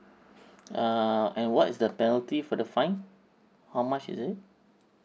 err and what is the penalty for the fine how much is it